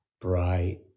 bright